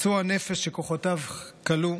פצוע נפש שכוחותיו כלו,